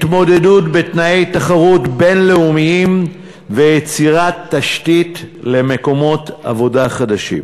התמודדות בתנאי תחרות בין-לאומיים ויצירת תשתית למקומות עבודה חדשים.